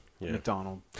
McDonald